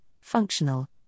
functional